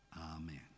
amen